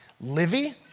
Livy